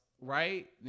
right